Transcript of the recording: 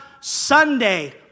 Sunday